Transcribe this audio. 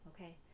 okay